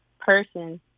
person